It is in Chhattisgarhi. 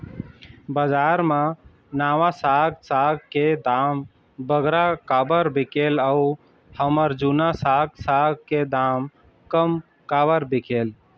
बजार मा नावा साग साग के दाम बगरा काबर बिकेल अऊ हमर जूना साग साग के दाम कम काबर बिकेल?